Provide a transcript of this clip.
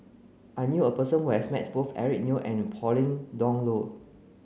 I knew a person who has met both Eric Neo and Pauline Dawn Loh